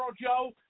Joe